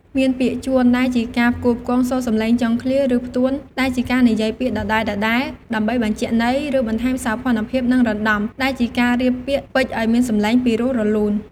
មាន ពាក្យជួន ដែលជាការផ្គូផ្គងសូរសំឡេងចុងឃ្លា ឬ ផ្ទួនដែលជាការនិយាយពាក្យដដែលៗដើម្បីបញ្ជាក់ន័យ ឬបន្ថែមសោភ័ណភាព និង រណ្តំ ដែលជាការរៀបពាក្យពេចន៍ឱ្យមានសំឡេងពីរោះរលូន។